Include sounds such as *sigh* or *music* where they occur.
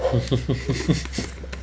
*laughs*